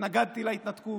התנגדתי להתנתקות,